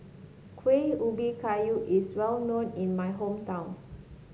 Kuih Ubi Kayu is well known in my hometown